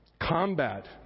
Combat